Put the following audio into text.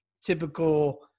typical